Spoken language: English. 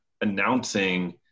announcing